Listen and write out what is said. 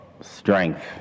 strength